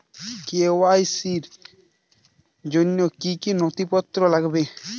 KYC র জন্য কি কি নথিপত্র লাগবে?